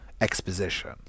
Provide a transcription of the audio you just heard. exposition